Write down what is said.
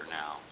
now